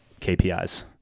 KPIs